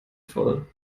voll